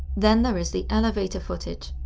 then there is the elevator footage.